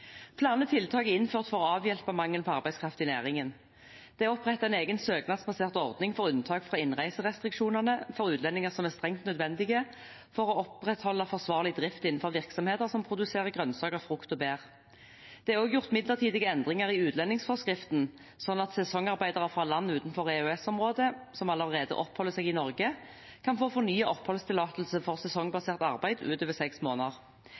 Flere tiltak er innført for å avhjelpe mangelen på arbeidskraft i næringen: Det er opprettet en egen søknadsbasert ordning for unntak fra innreiserestriksjonene for utlendinger som er strengt nødvendige for å opprettholde forsvarlig drift innenfor virksomheter som produserer grønnsaker, frukt og bær. Det er også gjort midlertidige endringer i utlendingsforskriften, slik at sesongarbeidere fra land utenfor EØS-området som allerede oppholder seg i Norge, kan få fornyet oppholdstillatelse for sesongbasert arbeid utover seks måneder.